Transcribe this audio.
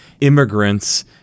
immigrants